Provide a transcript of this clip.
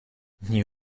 you